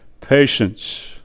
patience